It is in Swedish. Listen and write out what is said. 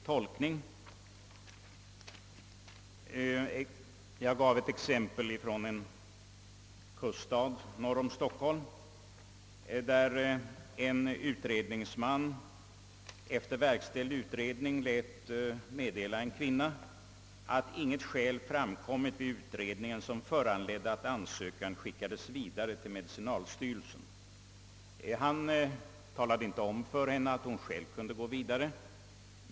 Exemplet avsåg en utredningsman i en kuststad norr om Stockholm, vilken efter verkställd utredning meddelade kvinnan, att inget skäl framkommit vid utredningen som föranledde att ansökan skickades vidare till medicinalstyrelsen. Han talade inte om för henne att hon själv kunde gå vidare.